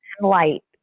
light